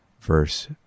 verse